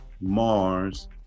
mars